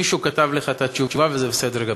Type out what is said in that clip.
מישהו כתב לך את התשובה, וזה בסדר גמור.